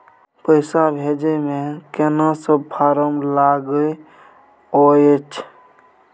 पैसा भेजै मे केना सब फारम लागय अएछ?